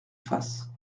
face